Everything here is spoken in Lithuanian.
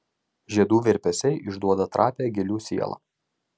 žiedų virpesiai išduoda trapią gėlių sielą